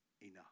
enough